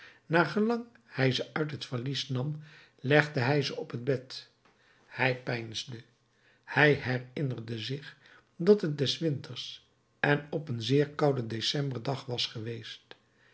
hij ze uit het valies nam legde hij ze op het bed hij peinsde hij herinnerde zich dat het des winters en op een zeer kouden decemberdag was geweest